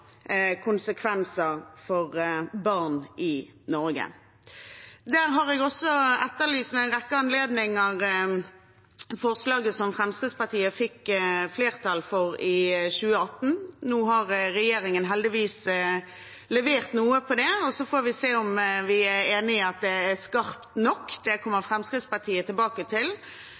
konsekvenser for barn i Norge. Der har jeg også ved en rekke anledninger etterlyst forslaget som Fremskrittspartiet fikk flertall for i 2018. Nå har regjeringen heldigvis levert noe på det, og så får vi se om vi er enige i at det er skarpt nok. Det kommer Fremskrittspartiet tilbake til.